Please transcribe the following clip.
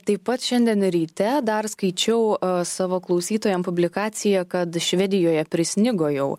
taip pat šiandien ryte dar skaičiau savo klausytojam publikaciją kad švedijoje prisnigo jau